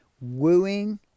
wooing